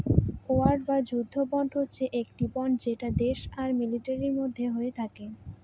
war বা যুদ্ধ bond হচ্ছে একটি বন্ড যেটা দেশ আর মিলিটারির মধ্যে হয়ে থাকে